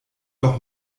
doch